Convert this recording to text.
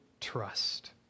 trust